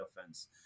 offense